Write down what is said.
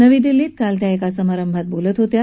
नवी दिल्लीत काल त्या एका समारंभात बोलत होत्या